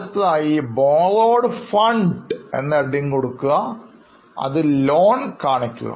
അടുത്തതായി Borrowed fund എന്ന heading കൊടുക്കുക അതിൽ Loan കാണിക്കുക